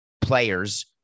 players